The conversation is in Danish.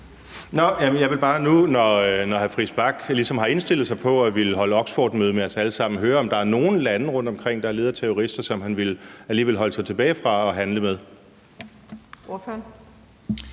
Jeg vil bare nu, når hr. Christian Friis Bach ligesom har indstillet sig på at ville holde oxfordmøde med os alle sammen, høre, om der er nogen lande rundtomkring, der er ledet af terrorister, som han alligevel vil holde sig tilbage fra at handle med.